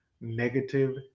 negative